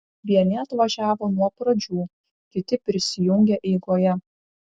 vieni atvažiavo nuo pradžių kiti prisijungė eigoje